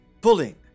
pulling